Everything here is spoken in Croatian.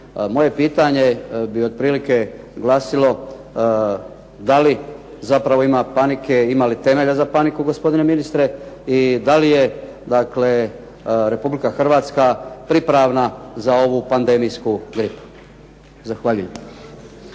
Moje pitanje bi otprilike glasilo, da li zapravo ima panike, ima li temelja za paniku gospodine ministre? I da li je dakle Republika Hrvatska pripravna za ovu pandemijsku gripu? Zahvaljujem.